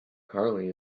carley